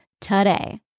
today